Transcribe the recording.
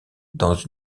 dans